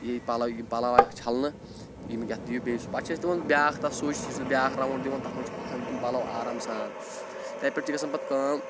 ییٖتۍ پَلَو یِم پَلَو آے چھَلنہٕ یِم یَتھ دِیِو بیٚیہِ سُہ پَتہٕ چھِ أسۍ دِوان بیٛاکھ تَتھ سُچ سُہ چھِس بیٛاکھ راوُنٛڈ دِوان تَتھ منٛز چھِ ہۄکھان تِم پَلَو آرام سان تَتہِ پٮ۪ٹھ چھِ گژھان پَتہٕ کٲم